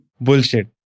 Bullshit